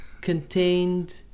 contained